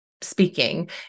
speaking